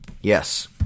yes